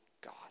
God